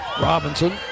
Robinson